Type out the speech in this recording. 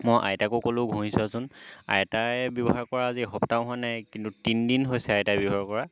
মই আইতাকো ক'লো ঘঁহি চোৱাচোন আইতাই ব্যৱহাৰ কৰা আজি এসপ্তাহো হোৱা নাই কিন্তু তিনিদিন হৈছে আইতাই ব্যৱহাৰ কৰা